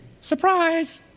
Surprise